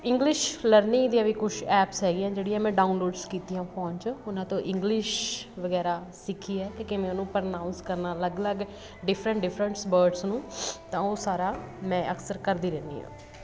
English learning ਦੀਆਂ ਵੀ ਕੁਛ ਐਪਸ ਹੈਗੀਆਂ ਜਿਹੜੀਆਂ ਮੈਂ ਡਾਊਨਲੋਡਸ ਕੀਤੀਆਂ ਫ਼ੋਨ 'ਚ ਉਹਨਾਂ ਤੋਂ ਇੰਗਲਿਸ਼ ਵਗੈਰਾ ਸਿੱਖੀ ਹੈ ਕਿ ਕਿਵੇਂ ਉਹਨੂੰ ਪਰਨਾਊਂਸ ਕਰਨਾ ਅਲੱਗ ਅਲੱਗ ਡਿਫਰੈਂਟ ਡਿਫਰੈਂਟ ਵਰਡਸ ਨੂੰ ਤਾਂ ਉਹ ਸਾਰਾ ਮੈਂ ਅਕਸਰ ਕਰਦੀ ਰਹਿੰਦੀ ਹਾਂ